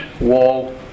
wall